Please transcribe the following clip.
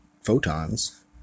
photons